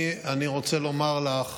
אני רוצה לומר לך